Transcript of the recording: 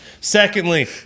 Secondly